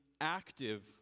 active